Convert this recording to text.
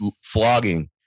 flogging